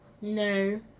No